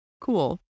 Cool